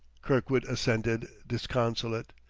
kirkwood assented, disconsolate,